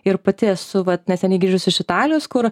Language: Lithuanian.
ir pati esu vat neseniai grįžus iš italijos kur